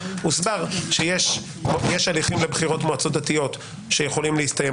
הוסבר שיש הליכים לבחירות מועצות דתיות שיכולים להסתיים